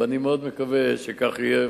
אני מאוד מקווה שכך יהיה.